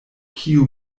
kiu